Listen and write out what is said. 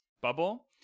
bubble